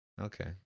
Okay